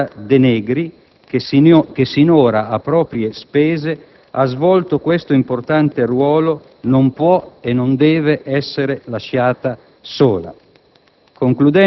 La signora De Negri, che sinora a proprie spese ha svolto questo importante ruolo, non può e non deve essere lasciata sola.